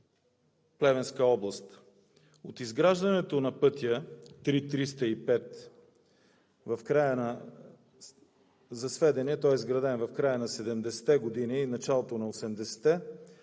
Плевенска област. От изграждането на пътя III-305 – за сведение, той е изграден в края на 70-те и началото на 80-те години,